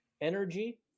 energy